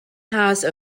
house